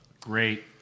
Great